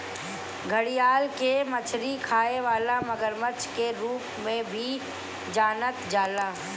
घड़ियाल के मछरी खाए वाला मगरमच्छ के रूप में भी जानल जाला